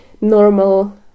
normal